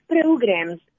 programs